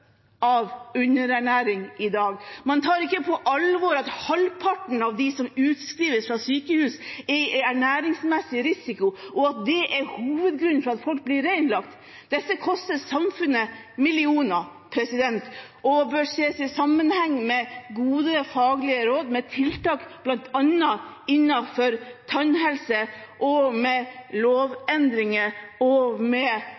av underernæring i dag. Man tar ikke på alvor at halvparten av dem som utskrives fra sykehus, er i en ernæringsmessig risikosone, og at det er hovedgrunnen til at folk blir reinnlagt. Dette koster samfunnet millioner av kroner og bør ses i sammenheng med gode faglige råd med tiltak bl.a. innenfor tannhelse, med lovendringer og med